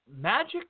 Magic